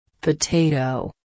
Potato